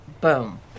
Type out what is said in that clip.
Boom